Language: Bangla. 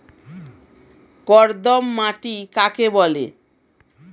কর্দম মাটি কাকে বলে?